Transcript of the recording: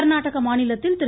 கா்நாடக மாநிலத்தில் திரு